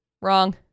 Wrong